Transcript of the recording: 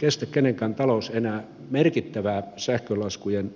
kun kenenkään talous ei kestä enää merkittävää sähkölaskujen